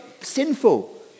sinful